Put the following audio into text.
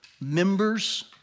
Members